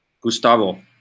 Gustavo